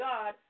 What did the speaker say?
God